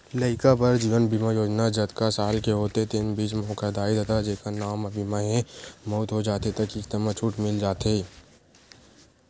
लइका बर जीवन बीमा योजना जतका साल के होथे तेन बीच म ओखर दाई ददा जेखर नांव म बीमा हे, मउत हो जाथे त किस्त म छूट मिल जाथे